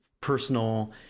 personal